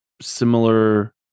similar